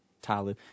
Tyler